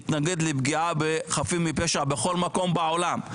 אני מתנגד לפגיעה בחפים מפשע בכל מקום בעולם.